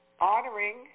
honoring